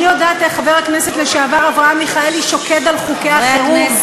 אני יודעת איך חבר הכנסת לשעבר אברהם מיכאלי שוקד על חוקי החירום.